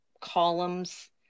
columns